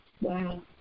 Wow